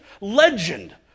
legend